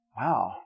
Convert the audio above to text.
Wow